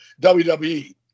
WWE